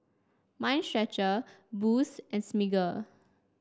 Mind Stretcher Boost and Smiggle